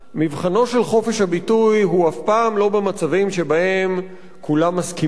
מבחנו של חופש הביטוי הוא אף פעם לא במצבים שבהם כולם מסכימים,